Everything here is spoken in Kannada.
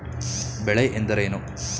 ಬೆಳೆ ಎಂದರೇನು?